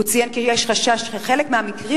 הוא ציין כי יש חשש שחלק מהמקרים,